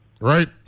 right